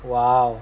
!wow!